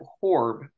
Horb